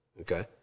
okay